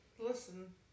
Listen